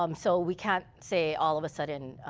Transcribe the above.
um so we can't say, all of a sudden,